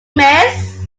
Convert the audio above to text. miss